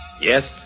Yes